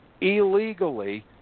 illegally